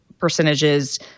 percentages